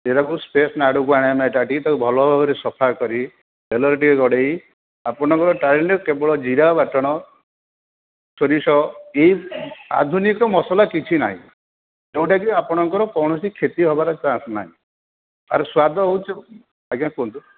ଏଟାକୁ ଫ୍ରେସ୍ ନାଡ଼କୁ କାଟି ତାକୁ ଭଲ ଭାବରେ ସଫା କରି ତେଲରେ ଟିକିଏ ଗଡ଼େଇ ଆପଣଙ୍କ ଟାଇମ୍ରେ କେବଳ ଜିରା ଆଉ ବାଟଣ ସୋରିଷ ଏଇ ଆଧୁନିକ ମସଲା କିଛି ନାହିଁ ଯେଉଁଟାକି ଆପଣଙ୍କର କୌଣସି କ୍ଷତି ହେବାର ଚାନ୍ସ୍ ନାହିଁ ଏହାର ସ୍ୱାଦ ହେଉଛି ଆଜ୍ଞା କୁହନ୍ତୁ ସାର୍